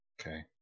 Okay